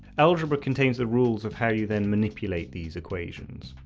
algebra contains the rules of how you then manipulate these equations.